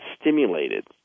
stimulated